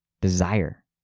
desire